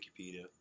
Wikipedia